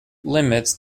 limits